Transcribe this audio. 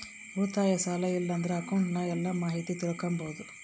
ಉಳಿತಾಯ, ಸಾಲ ಇಲ್ಲಂದ್ರ ಅಕೌಂಟ್ನ ಎಲ್ಲ ಮಾಹಿತೀನ ತಿಳಿಕಂಬಾದು